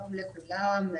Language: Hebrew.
שלום לכולם.